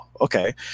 okay